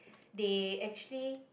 they actually